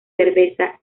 cerveza